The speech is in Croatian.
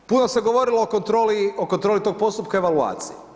Puno se govorilo o kontroli tog postupka i evaluacije.